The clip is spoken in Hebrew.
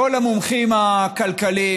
כל המומחים הכלכליים,